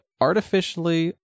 artificially